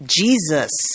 Jesus